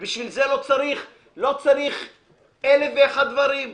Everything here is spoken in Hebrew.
ובשביל זה לא צריך אלף ואחד דברים.